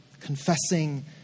Confessing